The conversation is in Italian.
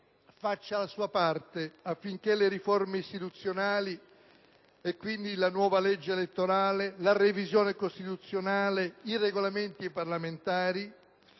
faccia la sua parte affinché le riforme istituzionali e quindi la nuova legge elettorale, la revisione costituzionale, i Regolamenti parlamentari